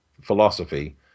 philosophy